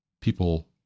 people